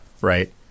right